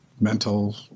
mental